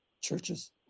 churches